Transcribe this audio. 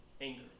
anger